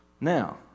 Now